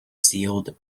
sealed